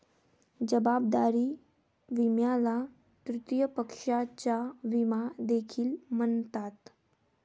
जबाबदारी विम्याला तृतीय पक्षाचा विमा देखील म्हणतात